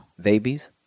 Babies